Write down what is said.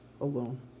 alone